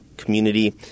Community